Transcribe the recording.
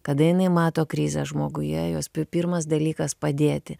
kada jinai mato krizę žmoguje jos pi pirmas dalykas padėti